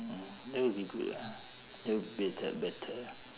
mm that will be good ah that will be a tad better